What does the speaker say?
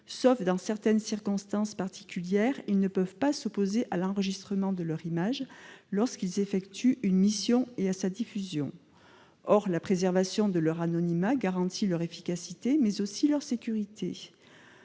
Sauf dans certaines circonstances particulières, les membres des forces de l'ordre ne peuvent pas s'opposer à l'enregistrement de leur image lorsqu'ils effectuent une mission ni à sa diffusion. Or la préservation de leur anonymat garantit leur efficacité, mais aussi leur sécurité.